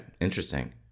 interesting